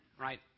right